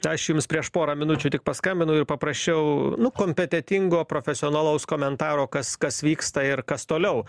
aš jums prieš porą minučių tik paskambinau ir paprašiau nu kompetentingo profesionalaus komentaro kas kas vyksta ir kas toliau